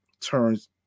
turns